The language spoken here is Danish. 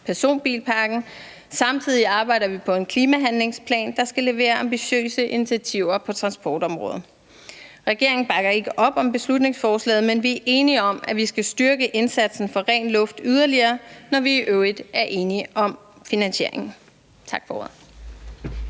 personbilparken, og samtidig arbejder vi på en klimahandlingsplan, der skal levere ambitiøse initiativer på transportområdet. Regeringen bakker ikke op om beslutningsforslaget, men vi er enige om, at vi skal styrke indsatsen for ren luft yderligere, når vi i øvrigt er enige om finansieringen. Tak for